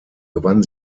gewann